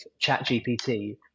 ChatGPT